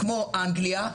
כמו אנגליה,